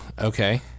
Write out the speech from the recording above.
Okay